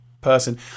person